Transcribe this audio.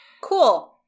Cool